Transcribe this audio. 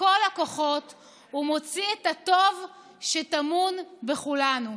כל הכוחות ומוציא את הטוב שטמון בכולנו.